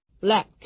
black